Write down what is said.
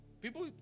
people